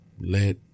let